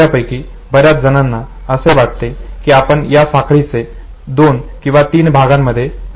आपल्यापैकी बऱ्याच जणांना असे वाटेल की आपण या साखळीचे दोन किंवा तीन भागांमध्ये विभागणी केली पाहिजे